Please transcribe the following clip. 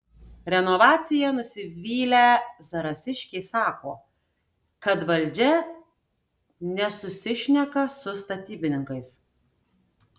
renovacija nusivylę zarasiškiai sako kad valdžia nesusišneka su statybininkais